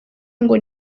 ngo